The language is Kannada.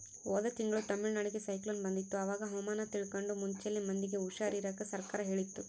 ಹೋದ ತಿಂಗಳು ತಮಿಳುನಾಡಿಗೆ ಸೈಕ್ಲೋನ್ ಬಂದಿತ್ತು, ಅವಾಗ ಹವಾಮಾನ ತಿಳ್ಕಂಡು ಮುಂಚೆಲೆ ಮಂದಿಗೆ ಹುಷಾರ್ ಇರಾಕ ಸರ್ಕಾರ ಹೇಳಿತ್ತು